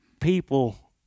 people